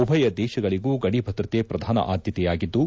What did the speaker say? ಉಭಯ ದೇಶಗಳಗೂ ಗಡಿಭದ್ರತೆ ಪ್ರಧಾನ ಆದ್ಕತೆಯಾಗಿದ್ದು